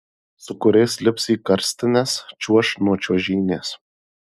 su kuriais lips į karstines čiuoš nuo čiuožynės